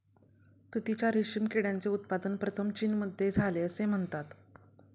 तुतीच्या रेशीम किड्याचे उत्पादन प्रथम चीनमध्ये झाले असे म्हणतात